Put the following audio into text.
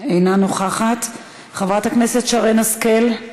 אינה נוכחת, חברת הכנסת שרן השכל,